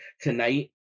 tonight